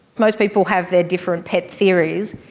most people have their different pet theories,